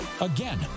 Again